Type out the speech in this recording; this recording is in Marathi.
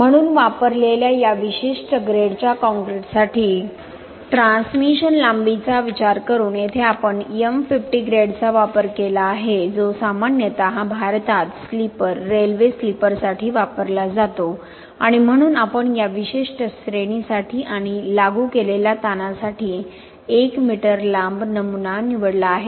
म्हणून वापरलेल्या या विशिष्ट ग्रेडच्या कॉंक्रिटसाठी ट्रान्समिशन लांबीचा विचार करून येथे आपण M50 ग्रेडचा वापर केला आहे जो सामान्यतः भारतात स्लीपर रेल्वे स्लीपरसाठी वापरला जातो आणि म्हणून आपण या विशिष्ट श्रेणीसाठी आणि लागू केलेल्या ताणासाठी 1 मीटर लांब नमुना निवडला आहे